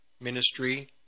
Ministry